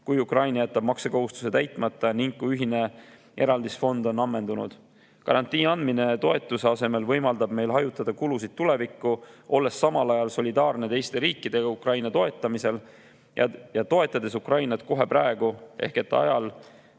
kui Ukraina jätab maksukohustuse täitmata ning ühine eraldisfond on ammendunud. Garantii andmine toetuse asemel võimaldab meil hajutada kulusid tulevikku, olles samal ajal solidaarne teiste riikidega Ukraina toetamisel ja toetades Ukrainat kohe praegu ehk ajal,